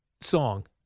song